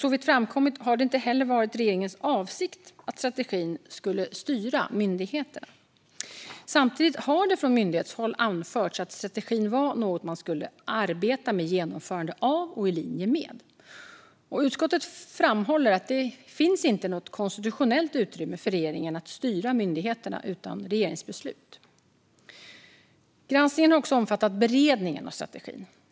Såvitt framkommit har det heller inte varit regeringens avsikt att strategin skulle styra myndigheterna. Samtidigt har det från myndighetshåll anförts att strategin var något man skulle arbeta med genomförande av och i linje med. Utskottet framhåller att det inte finns något konstitutionellt utrymme för regeringen att styra myndigheterna utan regeringsbeslut. Granskningen har också omfattat beredningen av strategin.